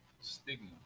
stigma